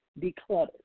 decluttered